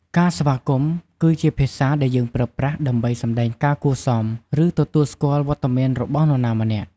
ការស្វាគមន៍ គឺជាភាសាដែលយើងប្រើប្រាស់ដើម្បីសម្ដែងការគួរសម ឬ ទទួលស្គាល់វត្តមានរបស់នរណាម្នាក់។